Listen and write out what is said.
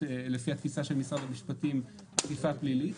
לפי התפיסה של משרד המשפטים אכיפה פלילית.